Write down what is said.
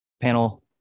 panel